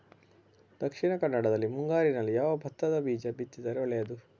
ದಕ್ಷಿಣ ಕನ್ನಡದಲ್ಲಿ ಮುಂಗಾರಿನಲ್ಲಿ ಯಾವ ಭತ್ತದ ಬೀಜ ಬಿತ್ತಿದರೆ ಒಳ್ಳೆಯದು?